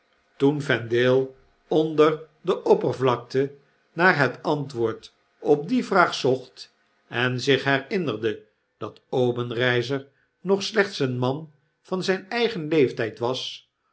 toen vendale onder de oppervlaktenaarhet antwoord op die vraag zocht en zich herinnerde dat obenreizer nog slechts een man van zp eigen leeftijd was